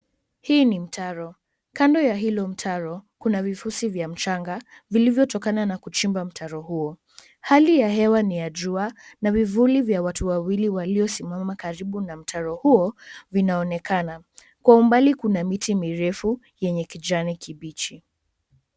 Hii ni mtaro. Kando ya hilo mtaro kuna vifusi vya mchanga vilivyotokana na kuchimba mtaro huo. Hali ya hewa ni ya jua na vivuli vya watu wawili waliosimama karibu na mtaro huo vinaonekana. Kwa umbali kuna miti mirefu yenye kijani kibichi.